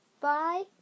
Bye